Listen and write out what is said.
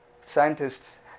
scientists